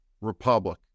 Republic